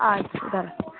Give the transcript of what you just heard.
আচ্ছা দাঁড়ান